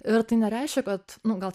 ir tai nereiškia kad nu gal čia